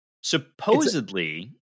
supposedly